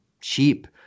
cheap